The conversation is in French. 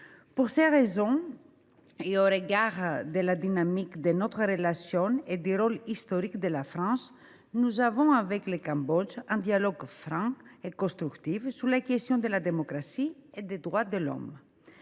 Pour ces raisons, et au regard de la dynamique de notre relation et du rôle historique de la France, nous avons avec le Cambodge un dialogue franc et constructif sur la question de la démocratie et des droits de l’homme.